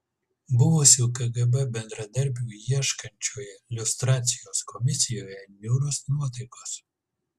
buvusių kgb bendradarbių ieškančioje liustracijos komisijoje niūrios nuotaikos